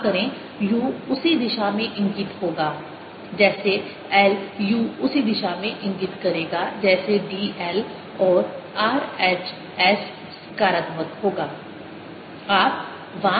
माफ करें u उसी दिशा में इंगित होगा जैसे l u उसी दिशा में इंगित करेगा जैसे d l और r h s सकारात्मक होगा